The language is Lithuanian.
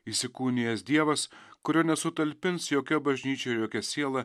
įsikūnijęs dievas kurio nesutalpins jokia bažnyčia ir jokia siela